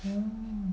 mm